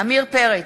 עמיר פרץ,